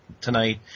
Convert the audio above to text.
tonight